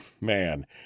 Man